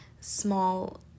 small